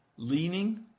Leaning